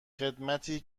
خدمتی